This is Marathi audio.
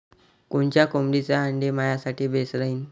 कोनच्या कोंबडीचं आंडे मायासाठी बेस राहीन?